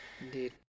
Indeed